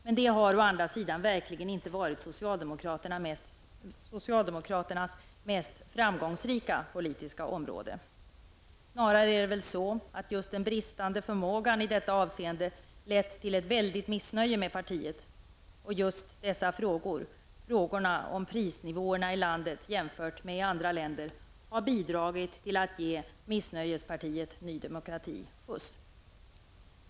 Men det har å andra sidan verkligen inte varit socialdemokraternas mest framgångsrika politiska område. Det är väl snarare så att just den bristande förmågan i detta avseende lett till ett väldigt missnöje med partiet. Just dessa frågor -- frågorna om prisnivåerna i landet jämfört med i andra länder -- har bidragit till att ge missnöjespartiet Ny Demokrati skjuts.